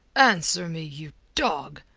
answer me, you dog!